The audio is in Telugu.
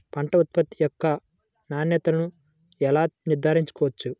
పంట ఉత్పత్తి యొక్క నాణ్యతను ఎలా నిర్ధారించవచ్చు?